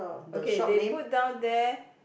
okay they put down there